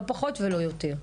לא פחות ולא יותר,